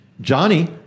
Johnny